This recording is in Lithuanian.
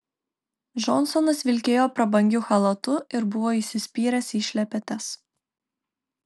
džonsonas vilkėjo prabangiu chalatu ir buvo įsispyręs į šlepetes